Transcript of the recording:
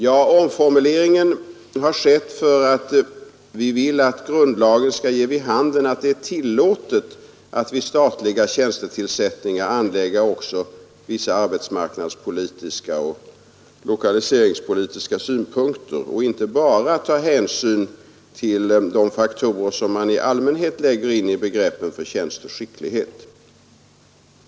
Jo, omformuleringen har skett därför att vi vill att grundlagen skall ge vid handen att det är tillåtet att vid statliga tjänstetillsättningar anlägga också vissa arbetsmarknadspolitiska och lokaliseringspolitiska synpunkter och inte bara ta hänsyn till de faktorer som man i allmänhet lägger in i begreppen förtjänst och skicklighet.